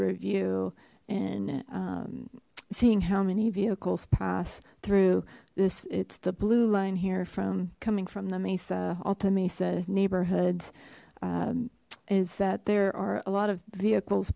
review and seeing how many vehicles pass through this it's the blue line here from coming from the mesa alta mesa neighborhoods is that there are a lot of vehicles